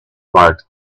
marked